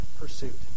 pursuit